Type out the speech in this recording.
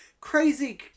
crazy